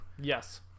yes